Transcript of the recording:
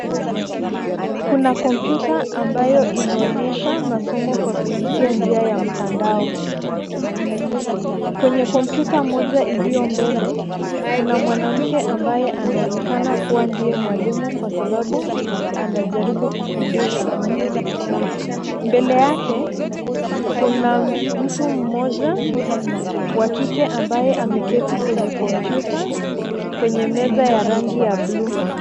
Kuna kompyuta ambayo inaonyesha masomo kwa kupitia njia ya mtandao. Kwenye kompyuta moja iliyo mbele, kuna mwanamke ambaye anaonekana kuwa ndiye mwalimu, kwa sababu anajaribu kufundisha. Mbele yake kuna mtu mmoja wa kike ambaye ameketi kwenye kompyuta, kwenye meza ya rangi ya bluu.